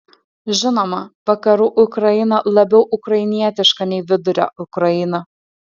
žinoma vakarų ukraina labiau ukrainietiška nei vidurio ukraina